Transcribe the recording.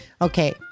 Okay